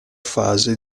fase